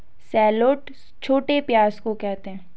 shallot छोटे प्याज़ को कहते है